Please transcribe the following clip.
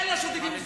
אלה שודדים קרקעות.